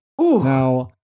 now